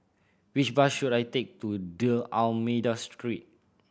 which bus should I take to D'Almeida Street